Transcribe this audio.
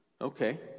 Okay